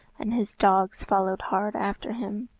and his dogs followed hard after him.